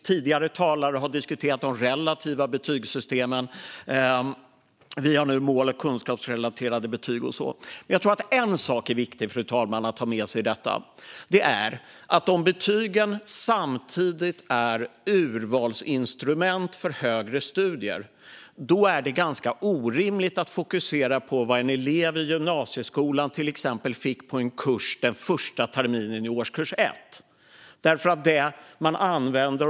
Tidigare talare har diskuterat de relativa betygssystemen, och nu är det mål och kunskapsrelaterade betyg. Fru talman! En sak är viktigt att ta med sig i detta. Om betygen samtidigt är urvalsinstrument för högre studier är det orimligt att fokusera på vad en elev i gymnasieskolan fick på en kurs första terminen i årskurs 1.